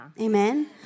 Amen